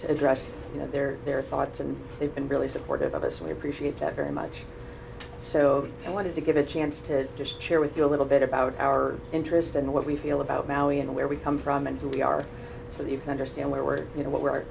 address you know their their thoughts and they've been really supportive of us we appreciate that very much so i wanted to give a chance to just share with you a little bit about our interest and what we feel about maui and where we come from and who we are so that you can understand where we're you know what we're